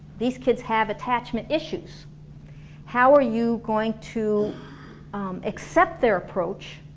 these kids have attachment issues how are you going to accept their approach